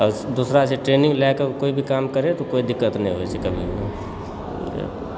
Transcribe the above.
दोसरा छै ट्रेनिंग लएकऽ कोई भी काम करयतऽ कोई दिक्कत नहि होइत छै कभी भी